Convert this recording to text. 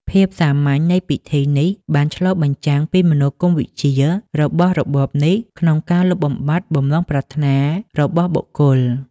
ភាពសាមញ្ញនៃពិធីនេះបានឆ្លុះបញ្ចាំងពីមនោគមវិជ្ជារបស់របបនេះក្នុងការលុបបំបាត់បំណងប្រាថ្នារបស់បុគ្គល។